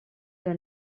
que